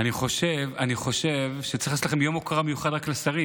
אני חושב שצריך לעשות לכם יום הוקרה מיוחד רק לשרים.